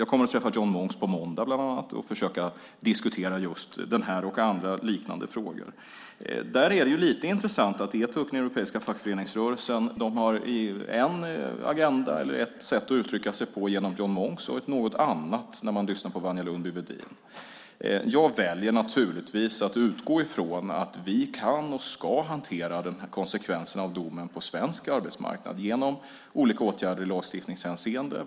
Jag kommer att träffa John Monks på måndag bland annat och försöka diskutera denna och andra liknande frågor. Det är lite intressant att Etuc, den europeiska fackföreningsrörelsen, har en agenda och ett sätt att uttrycka sig på genom John Monks och ett något annat när man lyssnar på Wanja Lundby-Wedin. Jag väljer naturligtvis att utgå från att vi kan och ska hantera konsekvensen av domen på svensk arbetsmarknad genom olika åtgärder i lagstiftningshänseende.